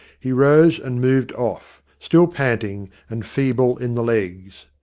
he rose and moved off, still panting, and feeble in the legs.